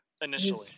initially